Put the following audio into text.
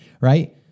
Right